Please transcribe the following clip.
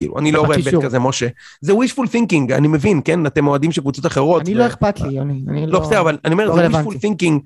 כאילו אני לא רואה בט כזה, משה. זה wishful thinking, אני מבין, כן? אתם אוהדים של קבוצות אחרות. אני לא אכפת לי, אני לא... לא בסדר, אבל אני אומר, זה wishful thinking.